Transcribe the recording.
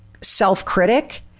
self-critic